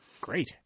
Great